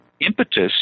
impetus